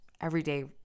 everyday